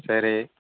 சரி